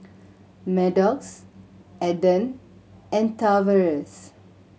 Maddox Adan and Tavares